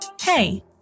Hey